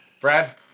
Brad